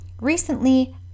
recently